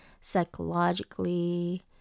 psychologically